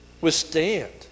withstand